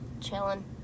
chilling